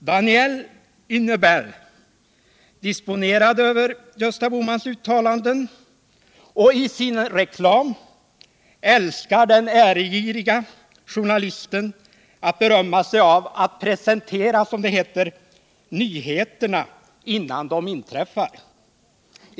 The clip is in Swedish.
Danielle Hunebelle disponerade över Gösta Bohmans uttalanden redan i juni, och i sin reklam älskar denna ambitiösa journalist att berömma sig av att presentera, som det heter, nyheterna innan de inträffar.